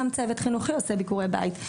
הצוות החינוכי של בית הספר עושה ביקורי בית,